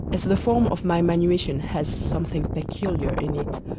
as the form of my manumission has something peculiar in it,